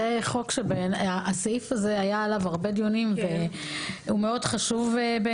על הסעיף הזה היו הרבה דיונים ובעיניי הוא מאוד חשוב.